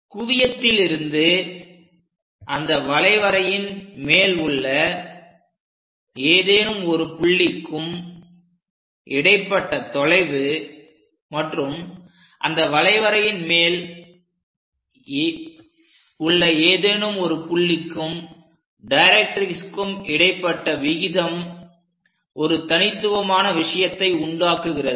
குவியத்திலிருந்து அந்த வளைவரையின் மேல் உள்ள ஏதேனும் ஒரு புள்ளிக்கும் இடைப்பட்ட தொலைவு மற்றும் அந்த வளைவரையின் மேல் உள்ள ஏதேனும் ஒரு புள்ளிக்கும் டைரக்ட்ரிக்ஸ்க்கும் இடைப்பட்ட விகிதம் ஒரு தனித்துவமான விஷயத்தை உண்டாக்குகிறது